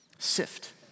Sift